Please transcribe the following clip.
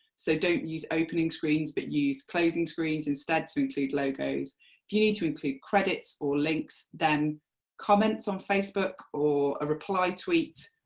so don't use opening screens but use closing screens instead to include logos, if you need to include credits or links then comments on facebook or a reply tweet,